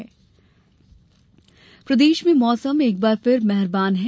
मौसम प्रदेश में मौसम एक बार फिर मेहरबान है